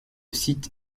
site